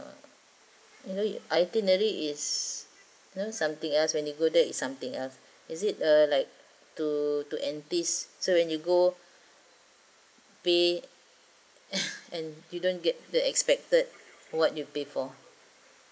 you know itinerary is you know something else when you go there is something else is it uh like to to entice so when you go pay and you don't get the expected what you've paid for